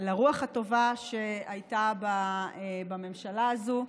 לרוח הטובה שהייתה בממשלה הזו.